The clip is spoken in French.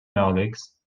marleix